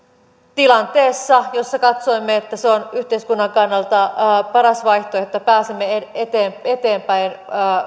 tilanteessa jossa katsoimme että se on yhteiskunnan kannalta paras vaihtoehto pääsemme eteenpäin eteenpäin